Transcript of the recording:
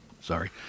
Sorry